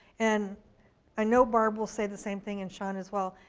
and i know barb will say the same thing and shawn as well.